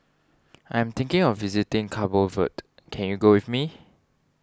I am thinking of visiting Cabo Verde can you go with me